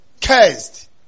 cursed